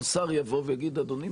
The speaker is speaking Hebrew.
כל שר יגיד אדוני,